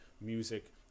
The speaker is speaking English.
music